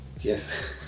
Yes